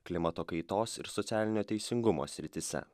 klimato kaitos ir socialinio teisingumo srityse